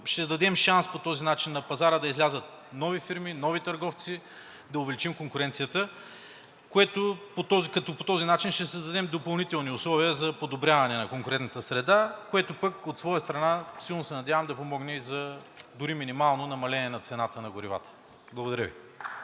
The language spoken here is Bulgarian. ще дадем шанс на пазара да излязат нови фирми, нови търговци и да увеличим конкуренцията, като по този начин ще създадем допълнителни условия за подобряване на конкурентната среда, което пък, от своя страна, силно се надявам да помогне и за дори минимално намаление на цената на горивата. Благодаря Ви.